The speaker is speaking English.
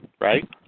right